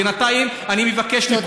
בינתיים אני מבקש מכולם,